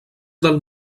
del